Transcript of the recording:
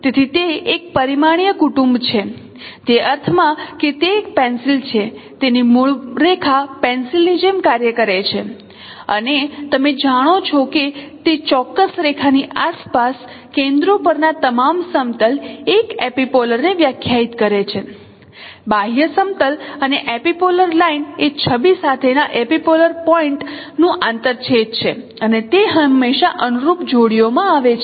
તેથી તે એક પરિમાણીય કુટુંબ છે તે અર્થમાં કે તે એક પેંસિલ છે તેની મૂળરેખા પેંસિલ ની જેમ કાર્ય કરે છે અને તમે જાણો છો કે તે ચોક્કસ રેખાની આસપાસ કેન્દ્રો પરના તમામ સમતલ એક એપિપોલને વ્યાખ્યાયિત કરે છે બાહ્ય સમતલ અને એપિપોલર લાઇન એ છબી સાથેના એપિપોલર પોઇન્ટ નું આંતરછેદ છે અને તે હંમેશા અનુરૂપ જોડીઓમાં આવે છે